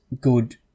good